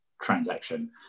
transaction